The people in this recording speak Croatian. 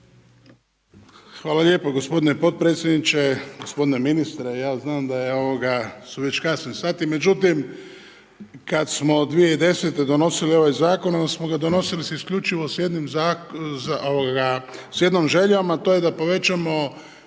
Hvala lijepo gospodine potpredsjedniče. Gospodine ministre ja znam da su već kasni sati, međutim kada smo 2010. donosili ovaj zakon onda smo ga donosili isključivo sa jednom željom, a to je da povećamo